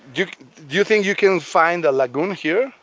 do you think you can find a lagoon here?